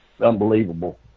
unbelievable